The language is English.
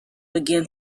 began